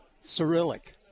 Cyrillic